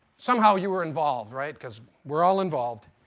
somehow you were involved, right? because we're all involved.